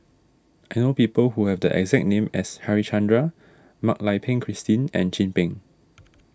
I know people who have the exact name as Harichandra Mak Lai Peng Christine and Chin Peng